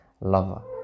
lover